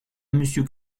monsieur